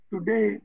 today